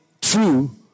true